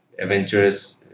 adventurous